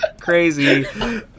Crazy